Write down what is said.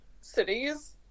cities